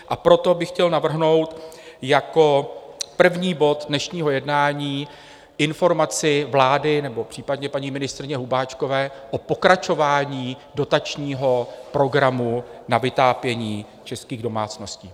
A proto bych chtěl navrhnout jako první bod dnešního jednání Informaci vlády nebo případně paní ministryně Hubáčkové o pokračování dotačního programu na vytápění českých domácností.